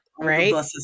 right